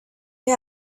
you